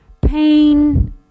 pain